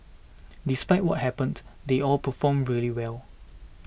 despite what happened they all performed really well